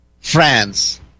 France